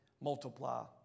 multiply